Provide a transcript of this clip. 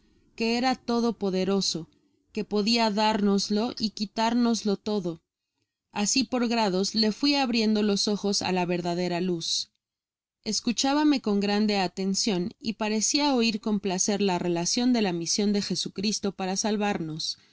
que era todopoderoso que podia dárnoslo y quitárnoslo todo asi por grados le fui abriendo los ojosa la verdadera luz escuchábame con grande atencion y parecia oir con placer la relacion de la mision de jesucristo para salvarnos del